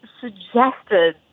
suggested